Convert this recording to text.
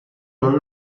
non